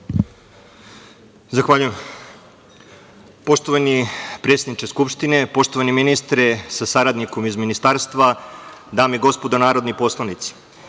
Zahvaljujem. Poštovani predsedniče Skupštine, poštovani ministre sa saradnikom iz ministarstva, dame i gospodo narodni poslanici,